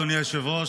אדוני היושב-ראש,